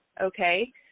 okay